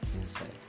inside